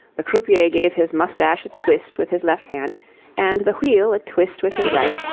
the croupier gave his moustache a twist with his left hand and the wheel a twist with his right,